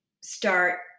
start